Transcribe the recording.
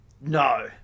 No